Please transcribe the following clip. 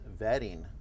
vetting